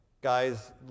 guys